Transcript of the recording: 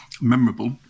memorable